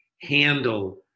handle